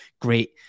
Great